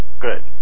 Good